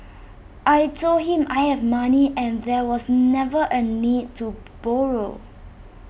I Told him I have money and there was never A need to borrow